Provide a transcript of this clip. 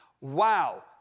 Wow